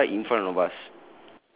uh right in front of us